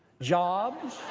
jobs.